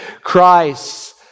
Christ